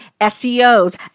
SEOs